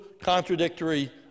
contradictory